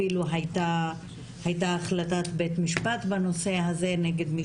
אפילו הייתה החלטת בית-משפט בנושא הזה נגד מי